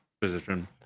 position